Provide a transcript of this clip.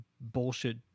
bullshit